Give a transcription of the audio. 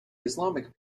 islamic